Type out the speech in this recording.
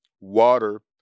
water